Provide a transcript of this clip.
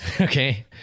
Okay